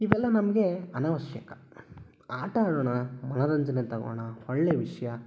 ಇವೆಲ್ಲ ನಮಗೆ ಅನವಶ್ಯಕ ಆಟ ಆಡೋಣ ಮನರಂಜನೆ ತಗೋಳ್ಳೋಣ ಒಳ್ಳೆಯ ವಿಷಯ